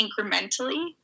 incrementally